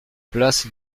place